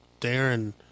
Darren